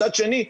מצד שני,